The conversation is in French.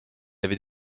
avait